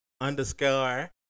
underscore